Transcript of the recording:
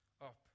up